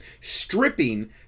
stripping